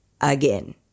Again